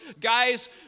Guys